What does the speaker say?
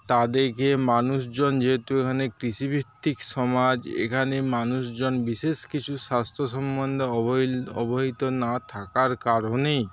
তাদেরকে মানুষজন যেহেতু এখানে কৃষিভিত্তিক সমাজ এখানে মানুষজন বিশেষ কিছু স্বাস্থ্য সম্বন্ধ অবহেল্ল অবহিত না থাকার কারণেই